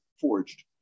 forged